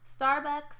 Starbucks